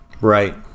Right